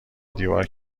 دیوار